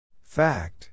Fact